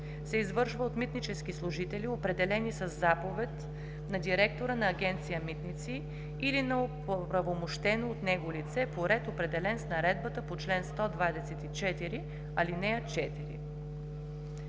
се извършва от митнически служители, определени със заповед на директора на Агенция „Митници“ или на оправомощено от него лице, по ред, определен с наредбата по чл. 124, ал.